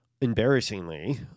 embarrassingly